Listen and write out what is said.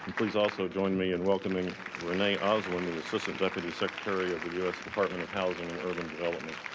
please also join me in welcoming rene oswin, the assistant deputy secretary of the u s. department of housing and